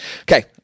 Okay